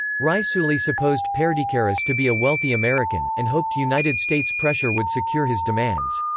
raisuli supposed perdicaris to be a wealthy american, and hoped united states pressure would secure his demands.